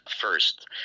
first